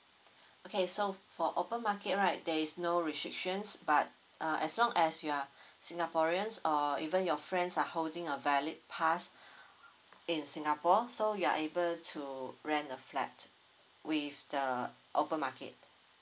okay so for open market right there is no restrictions but uh as long as you are singaporeans or even your friends are holding a valid pass in singapore so you are able to rent a flat with the open market